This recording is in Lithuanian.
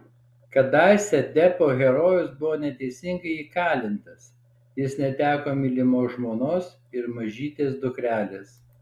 kadaise deppo herojus buvo neteisingai įkalintas jis neteko mylimos žmonos ir mažytės dukrelės